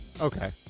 Okay